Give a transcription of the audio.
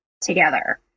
together